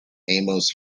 amos